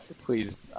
please